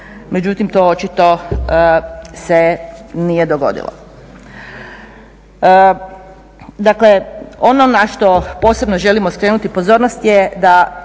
međutim to očito se nije dogodilo. Dakle ono na što posebno želimo skrenuti pozornost je da